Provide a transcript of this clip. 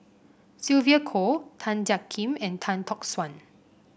Sylvia Kho Tan Jiak Kim and Tan Tock San